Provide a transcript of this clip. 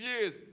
years